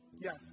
Yes